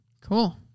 cool